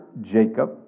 Jacob